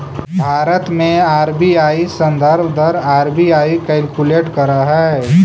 भारत में आर.बी.आई संदर्भ दर आर.बी.आई कैलकुलेट करऽ हइ